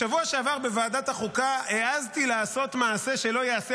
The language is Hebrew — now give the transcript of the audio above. בשבוע שעבר בוועדת החוקה העזתי לעשות מעשה שלא ייעשה,